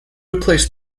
replace